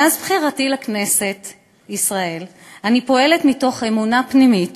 מאז בחירתי לכנסת ישראל אני פועלת מתוך אמונה פנימית